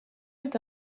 est